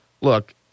Look